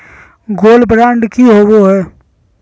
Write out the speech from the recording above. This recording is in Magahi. गोल्ड बॉन्ड की होबो है?